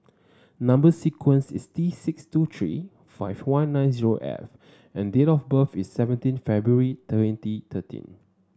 number sequence is T six two three five one nine zero F and date of birth is seventeen February twenty thirteen